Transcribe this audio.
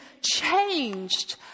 changed